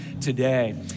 today